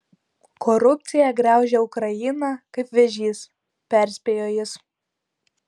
korupcija graužia ukrainą kaip vėžys perspėjo jis